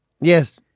yes